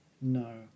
no